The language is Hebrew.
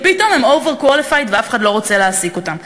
ופתאום הם over qualified ואף אחד לא רוצה להעסיק אותם.